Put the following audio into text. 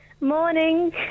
Morning